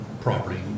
property